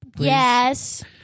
Yes